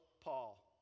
Paul